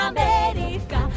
America